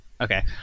Okay